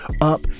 up